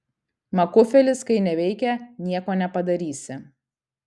makufelis kai neveikia nieko nepadarysi